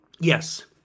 Yes